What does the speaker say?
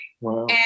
Wow